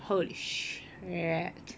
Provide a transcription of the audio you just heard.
holy shit